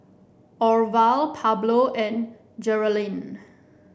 Orval Pablo and Geralyn